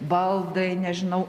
baldai nežinau